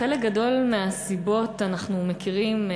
חלק גדול מהסיבות אנחנו מכירים,